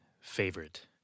favorite